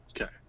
Okay